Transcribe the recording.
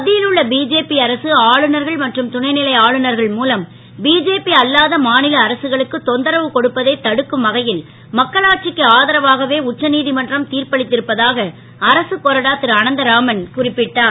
மத் ல் உள்ள பிஜேபி அரசு ஆளுநர்கள் மற்றும் துணை லை ஆளுநர்கள் மூலம் பிஜேபி அல்லாத மா ல அரசுகளுக்கு தொந்தரவு கொடுப்பதை தடுக்கும் வகை ல் மக்களாட்சிக்கு ஆதரவாகவே உச்சநீ மன்றம் தீர்ப்பளித் ருப்பதாக அரசுக் கொறடா ரு அனந்தராமன் குறிப்பிட்டார்